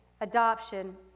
adoption